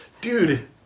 Dude